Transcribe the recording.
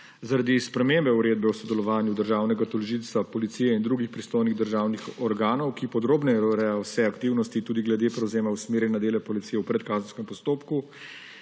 Zaradi spremembe uredbe o sodelovanju državnega tožilstva, policije in drugih pristojnih državnih organov, ki podrobneje urejajo vse aktivnosti tudi glede prevzema usmerjanja dela policije v predkazenskem postopku,